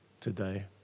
today